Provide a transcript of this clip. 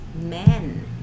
men